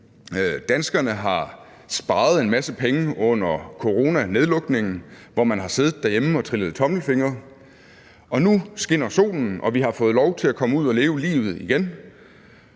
Danskerne har sparet en masse penge under coronanedlukningen, hvor man har siddet derhjemme og trillet tommelfingre, og nu skinner solen, og vi har fået lov til at komme ud at leve livet igen.